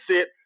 sit